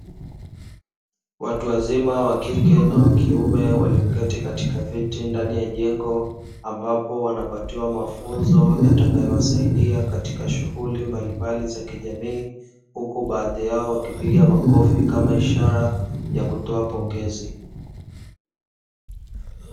Watu wazima wa kike na wa kiume walioketi katika viti ndani ya jengo, ambapo wanapatiwa mafunzo yatakayowasaidia katika shughuli mbalimbali za kijamii, huku baadhi yao wakipiga makofi kama ishara ya kutoa pongezi.